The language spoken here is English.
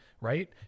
right